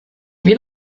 will